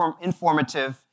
informative